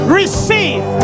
receive